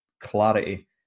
clarity